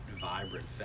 vibrant